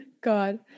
God